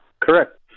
Correct